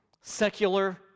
secular